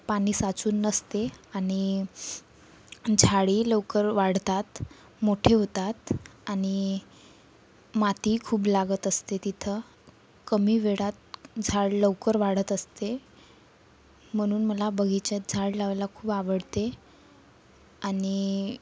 पाणी साचून नसते आणि झाडेही लवकर वाढतात मोठे होतात आणि माती खूप लागत असते तिथं कमी वेळात झाड लवकर वाढत असते म्हणून मला बगिचात झाड लावायला खूप आवडते आणि